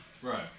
Right